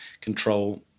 control